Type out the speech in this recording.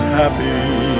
happy